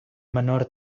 menor